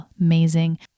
amazing